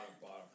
bottom